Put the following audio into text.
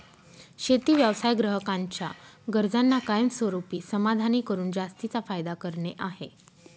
शेती व्यवसाय ग्राहकांच्या गरजांना कायमस्वरूपी समाधानी करून जास्तीचा फायदा करणे आहे